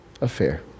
affair